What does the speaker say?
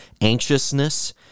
anxiousness